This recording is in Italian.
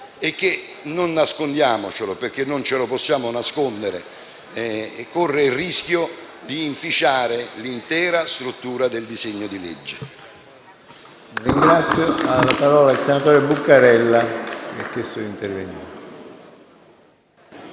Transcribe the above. e - non nascondiamocelo, perché non lo possiamo fare - che corre il rischio di inficiare l'intera struttura del disegno di legge.